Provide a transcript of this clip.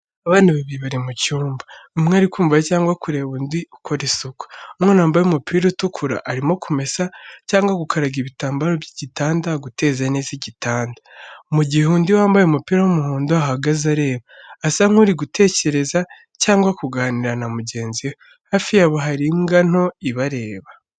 Abana babiri bari mu cyumba, umwe ari kumva cyangwa kureba undi ukora isuku. Umwana wambaye umupira utukura arimo kumesa cyangwa gukaraga ibitambaro by’igitanda guteza neza igitanda, mu gihe undi wambaye umupira w’umuhondo ahagaze areba, asa nk’uri gutekereza cyangwa kuganira na mugenzi we. Hafi yabo hari imbwa nto ibareba.